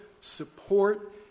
support